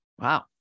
Wow